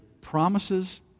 promises